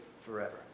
forever